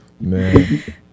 Man